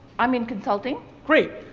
i'm in consulting. great.